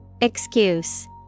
Excuse